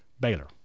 Baylor